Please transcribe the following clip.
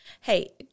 Hey